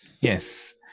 Yes